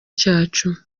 cyacu